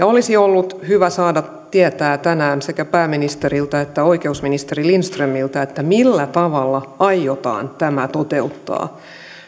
olisi ollut hyvä saada tietää tänään sekä pääministeriltä että oikeusministeri lindströmiltä millä tavalla tämä aiotaan toteuttaa